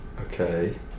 okay